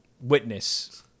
witness